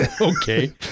Okay